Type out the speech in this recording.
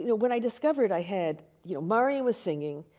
you know when i discovered i had, you know, mariam was singing,